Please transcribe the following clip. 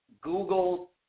Google